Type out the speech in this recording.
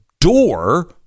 door